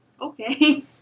Okay